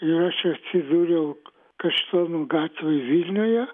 ir aš atsidūriau kaštonų gatvėj vilniuje